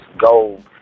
gold